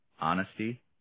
honesty